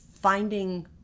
Finding